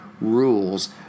rules